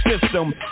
system